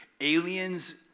aliens